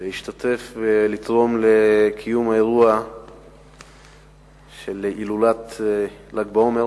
להשתתף ולתרום לקיום האירוע של הילולת ל"ג בעומר.